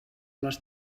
les